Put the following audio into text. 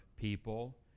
people